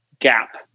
gap